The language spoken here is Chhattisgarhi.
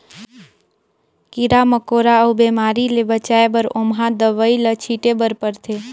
कीरा मकोरा अउ बेमारी ले बचाए बर ओमहा दवई ल छिटे बर परथे